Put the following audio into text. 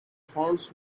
fonts